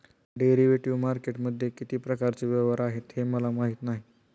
derivative मार्केटमध्ये किती प्रकारचे व्यवहार आहेत हे मला माहीत नाही